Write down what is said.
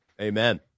Amen